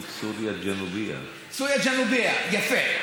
בהן: (אומר בערבית: סוריה הדרומית.) (אומר בערבית: סוריה הדרומית.) יפה.